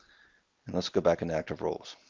and let's go back in active roles.